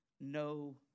no